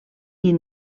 pel